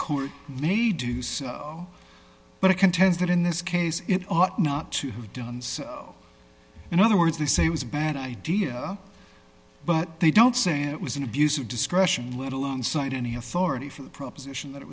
court may do so but it contends that in this case it ought not to have done so in other words they say it was a bad idea but they don't say it was an abuse of discretion let alone cite any authority for the proposition that it